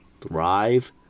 thrive